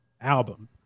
album